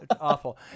awful